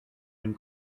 dem